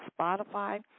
spotify